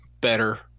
Better